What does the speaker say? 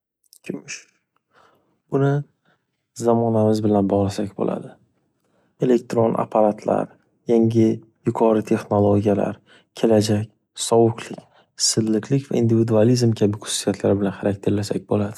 Kumush, uni zamonamiz bilan bog'lasak bo’ladi. Elektron aparatlar, yangi yuqori texnologiyalar, kelajak, sovuqlik va silliqlik va individualizm kabi xususiyatlar bilan xarakterlasak bo'ladi.